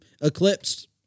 eclipsed